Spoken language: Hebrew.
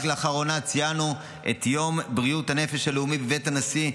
רק לאחרונה ציינו את יום בריאות הנפש הלאומי בבית הנשיא,